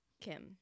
Kim